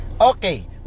okay